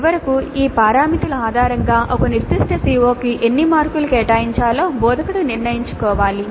చివరకు ఈ పారామితుల ఆధారంగా ఒక నిర్దిష్ట CO కి ఎన్ని మార్కులు కేటాయించాలో బోధకుడు నిర్ణయించుకోవాలి